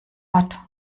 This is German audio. ort